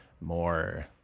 more